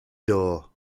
door